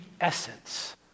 essence